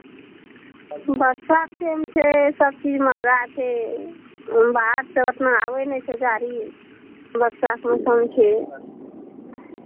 बरसाके टेम छै सभचीज महगा छै बाहरसँ ओतना आबै नहि छै गाड़ी बरसाके मौसम छै